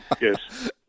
Yes